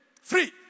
Free